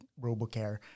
RoboCare